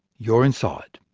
you're inside.